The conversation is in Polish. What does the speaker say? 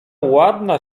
ładna